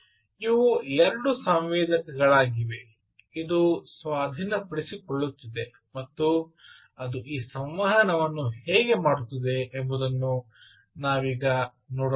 ಇವು ಎರಡು ಸಂವೇದಕಗಳಾಗಿವೆ ಇದು ಸ್ವಾಧೀನಪಡಿಸಿಕೊಳ್ಳುತ್ತಿದೆ ಮತ್ತು ಅದು ಈ ಸಂವಹನವನ್ನು ಹೇಗೆ ಮಾಡುತ್ತದೆ ಎಂಬುದನ್ನು ನಾವು ನೋಡೋಣವೇ